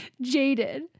jaded